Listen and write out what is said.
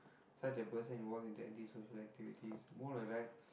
such a person involve in antisocial activities mole at the back